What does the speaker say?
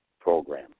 Program